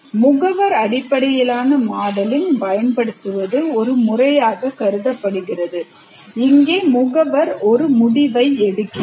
முகவர் அடிப்படையிலான மாடலிங் பயன்படுத்துவது ஒரு முறையாக கருதப்படுகிறது இங்கே முகவர் ஒரு முடிவை எடுக்கிறார்